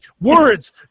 words